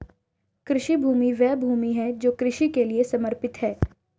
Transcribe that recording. कृषि भूमि वह भूमि है जो कृषि के लिए समर्पित है